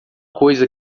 coisa